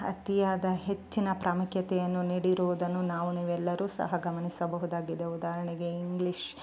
ಅತಿಯಾದ ಹೆಚ್ಚಿನ ಪ್ರಾಮುಖ್ಯತೆಯನ್ನು ನೀಡಿರುವುದನ್ನು ನಾವು ನೀವೆಲ್ಲರು ಸಹ ಗಮನಿಸಬಹುದಾಗಿದೆ ಉದಾಹರಣೆಗೆ ಇಂಗ್ಲೀಷ್